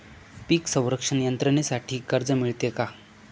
पीक संरक्षण यंत्रणेसाठी कर्ज मिळते का?